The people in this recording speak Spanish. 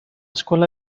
escuela